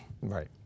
Right